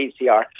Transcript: PCR